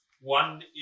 One